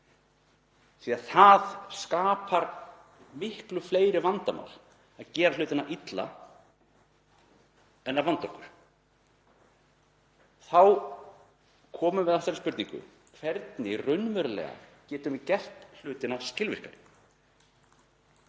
því það skapar miklu fleiri vandamál að gera hlutina illa en að vanda okkur. Þá komum við að þessari spurningu: Hvernig raunverulega getum við gert hlutina skilvirkari?